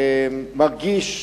מרגיש,